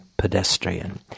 pedestrian